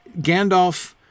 Gandalf